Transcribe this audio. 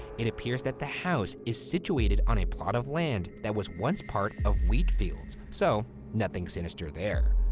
it appears that the house is situated on a plot of land that was once part of wheat fields, so nothing sinister there,